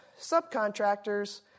subcontractors